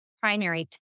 primary